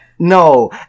No